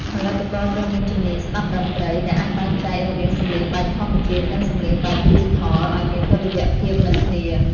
ផលិតករត្រូវមាន ជំនាញស្ដាប់តន្ត្រី ដែលអាចបែងចែករវាងសំឡេងបែបធម្មជាតិ និងសំឡេងបែបឌីជីថល ឱ្យមានតុល្យភាពនឹងគ្នា។